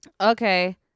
okay